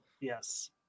yes